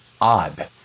odd